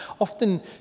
Often